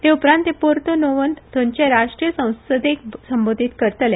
ते उपरांत ते पोर्तो नोवोत थंयचे राष्ट्रीय संसदेक संबोधीत करतले